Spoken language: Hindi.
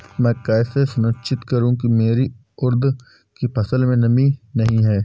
मैं कैसे सुनिश्चित करूँ की मेरी उड़द की फसल में नमी नहीं है?